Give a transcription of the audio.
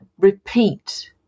repeat